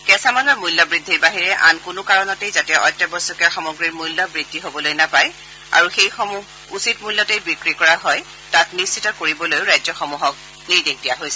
কেঁচামালৰ মূল্য বৃদ্ধিৰ বাহিৰে আন কোনো কাৰণত যাতে অত্যাৱশ্যকীয় সামগ্ৰীৰ মূল্য বৃদ্ধি হ'বলৈ নাপায় আৰু সেইসমূহ উচিত মূল্যতে বিক্ৰী কৰা হয় তাক নিশ্চিত কৰিবলৈ ৰাজ্যসমূহক কোৱা হৈছে